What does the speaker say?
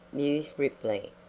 mused ripley,